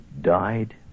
died